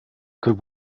could